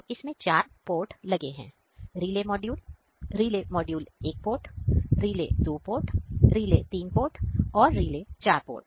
तो इसमें चार पोर्ट है relay module relay 1 port relay 2 port relay 3 port relay 4 port